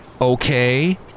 Okay